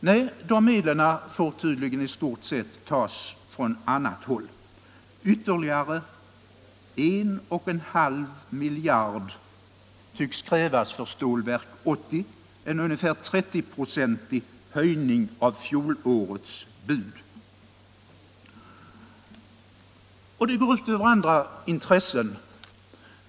Nej, de medlen får tydligen i stort sett tas från annat håll. Ytterligare en och en halv miljard tycks krävas för Stålverk 80 — en ungefär 30 procentig höjning av fjolårets bud. Det går ut över andra intressen.